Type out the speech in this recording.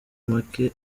make